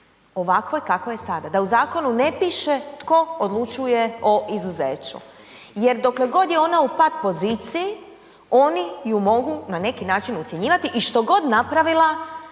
ovakvoj kakvoj je sada da u zakonu ne piše tko odlučuje o izuzeću. Jer dokle god je ona u pat poziciji oni ju mogu na neki način ucjenjivati i što god napravila